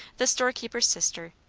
the storekeeper's sister,